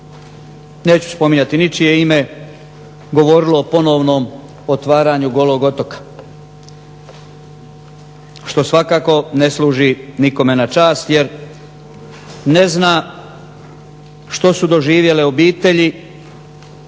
neću spominjati ničije ime govorilo o ponovnom otvaranju Golog otoka, što svakako ne služi nikome na čast jer ne zna što su doživjele obitelji